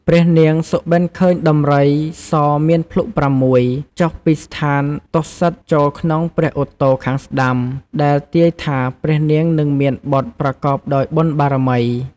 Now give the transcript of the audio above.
ព្រះនាងសុបិនឃើញដំរីសមានភ្លុក ៦ ចុះពីស្ថានតុសិតចូលក្នុងព្រះឧទរខាងស្តាំ ដែលទាយថាព្រះនាងនឹងមានបុត្រប្រកបដោយបុណ្យបារមី។